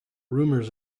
rumors